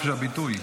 חופש הביטוי.